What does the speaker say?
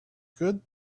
good